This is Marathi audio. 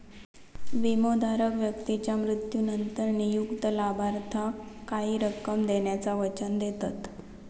विमोधारक व्यक्तीच्या मृत्यूनंतर नियुक्त लाभार्थाक काही रक्कम देण्याचा वचन देतत